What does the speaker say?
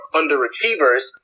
underachievers